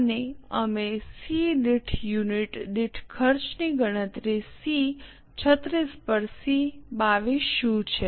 અને અમે સી દીઠ યુનિટ દીઠ ખર્ચની ગણતરી સી 36 પર સી 22 શું છે